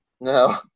no